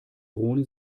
drohne